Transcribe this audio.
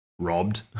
robbed